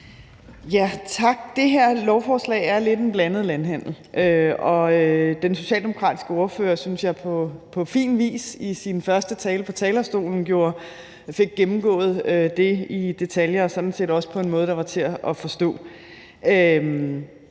for det. Det her lovforslag er lidt en blandet landhandel, og den socialdemokratiske ordfører fik – synes jeg – på fin vis i sin første tale fra talerstolen gennemgået det i detaljer og sådan set også på en måde, der var til at forstå.